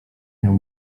miał